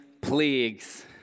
plagues